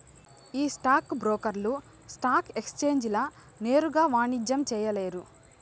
ఈ స్టాక్ బ్రోకర్లు స్టాక్ ఎక్సేంజీల నేరుగా వాణిజ్యం చేయలేరు